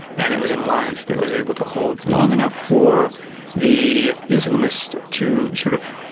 and it was an alliance that was able to hold long enough for the islamists to, sort of,